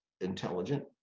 intelligent